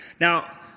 Now